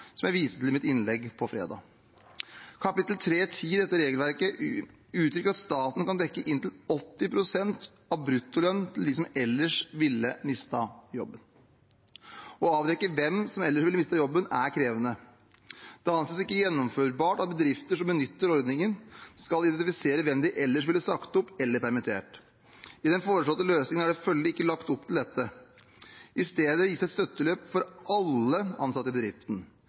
som jeg viste til i mitt innlegg på fredag. Kapittel 3.10 i dette regelverket uttrykker at staten kan dekke inntil 80 pst. av bruttolønn til dem som ellers ville mistet jobben. Å avdekke hvem som ellers ville mistet jobben, er krevende. Det anses ikke gjennomførbart at bedrifter som benytter ordningen, skal identifisere hvem de ellers ville sagt opp eller permittert. I den foreslåtte løsningen er det følgelig ikke lagt opp til det. I stedet gis et støttebeløp for alle ansatte i bedriften,